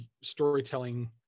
storytelling